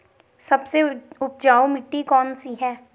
सबसे उपजाऊ मिट्टी कौन सी है?